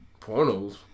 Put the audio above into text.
pornos